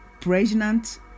pregnant